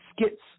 skits